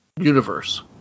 universe